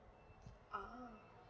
oh